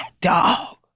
dog